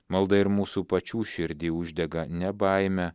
malda ir mūsų pačių širdį uždega ne baime